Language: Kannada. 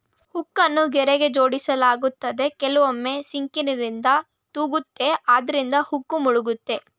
ಹುಕ್ಕನ್ನು ಗೆರೆಗೆ ಜೋಡಿಸಲಾಗುತ್ತೆ ಕೆಲವೊಮ್ಮೆ ಸಿಂಕರ್ನಿಂದ ತೂಗುತ್ತೆ ಅದ್ರಿಂದ ಹುಕ್ ಮುಳುಗುತ್ತೆ